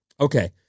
Okay